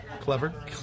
clever